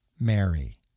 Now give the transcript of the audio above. Mary